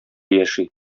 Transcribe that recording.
яши